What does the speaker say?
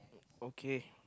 okay